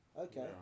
Okay